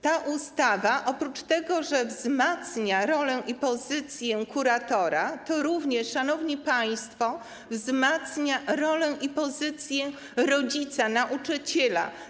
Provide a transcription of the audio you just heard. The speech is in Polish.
Ta ustawa, oprócz tego, że wzmacnia rolę i pozycję kuratora, to również, szanowni państwo, wzmacnia rolę i pozycję rodzica, nauczyciela.